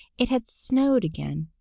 it had snowed again,